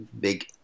big